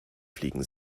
fliegen